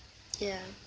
ya